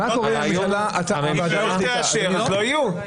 אם היא לא תאשר, לא יהיו.